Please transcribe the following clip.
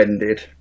ended